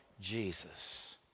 Jesus